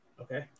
Okay